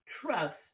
trust